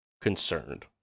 concerned